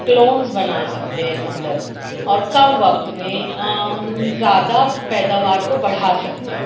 clones بنا سکتے ہیں مطلب اور کم وقت میں زیادہ پیداوار کو بڑھا سکتے ہیں